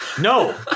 No